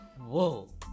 Whoa